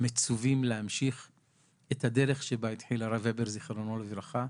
מצווים להמשיך את הדרך שבה התחיל הרב הבר זכרונו לברכה.